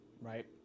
right